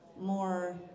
more